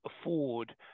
afford